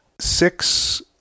Six